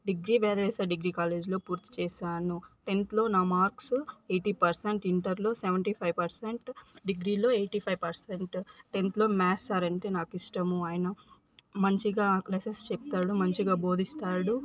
degree వేద degree కాలేజీలో పూర్తి చేశాను టెన్త్లో నా మార్క్స్ ఎయిటీ పర్సెంట్ ఇంటర్లో సెవెంటీ ఫైవ్ పర్సెంట్ డిగ్రీలో ఎయిటీ ఫైవ్ పర్సెంట్ టెన్త్లో మ్యాథ్స్ సార్ అంటే నాకు ఇష్టము ఆయన మంచిగా లెసన్స్ చెబుతాడు మంచిగా బోధిస్తాడు